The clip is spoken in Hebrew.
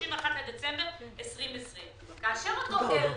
31 בדצמבר 2020. אותו הרצל,